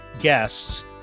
guests